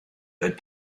good